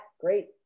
great